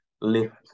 lift